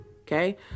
okay